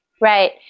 right